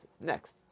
Next